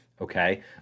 Okay